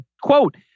quote